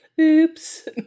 Oops